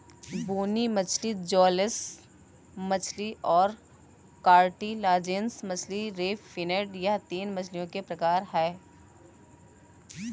बोनी मछली जौलेस मछली और कार्टिलाजिनस मछली रे फिनेड यह तीन मछलियों के प्रकार है